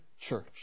church